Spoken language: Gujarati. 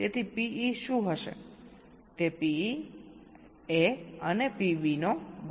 તેથી PE શું હશે તે PA અને PB નો ગુણાકાર હશે